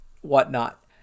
whatnot